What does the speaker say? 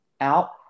out